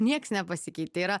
nieks nepasikeitė yra